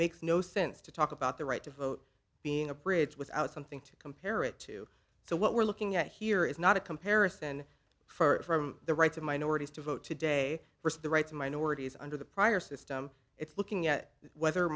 makes no sense to talk about the right to vote being a bridge without something to compare it to so what we're looking at here is not a comparison for the rights of minorities to vote today versus the rights of minorities under the prior system it's looking at whether